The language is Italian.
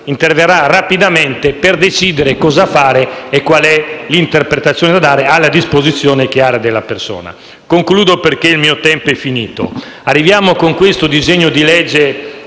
interverrà rapidamente per decidere cosa fare e quale interpretazione dare alla disposizione chiara della persona. Concludo perché il tempo a mia disposizione è finito. Arriviamo, con questo disegno di legge,